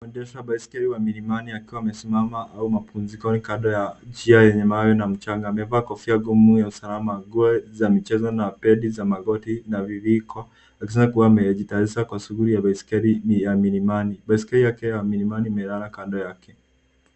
Mwendeshaji baiskeli wa milima akiwa amesimma au mapumzikoni kando ya njia ya mawe na mchanga. Amevaa kofia ngumu ya usalama, nguo ya michezo na pedi za magoti. Alikua amejitayarisha kwa shughuli ya baiskeli ya milimani. Baiskeli yake ya milimani imelala kando yake.